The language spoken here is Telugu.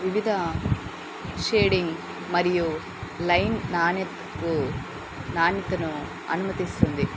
వివిధ షేడింగ్ మరియు లైన్ నాణ్యకు నాణ్యతను అనుమతిస్తుంది